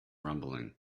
rumbling